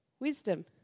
Wisdom